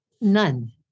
None